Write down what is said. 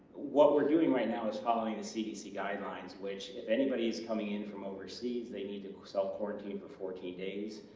what we're doing right now is following the cdc guidelines which if anybody is coming in from overseas they need to go self quarantine for fourteen days